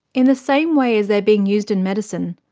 in the same way as they're being used in medicine,